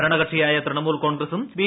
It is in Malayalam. ഭരണ കക്ഷിയായ ത്രിണമൂൽ കോൺഗ്രസും ബി